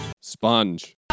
Sponge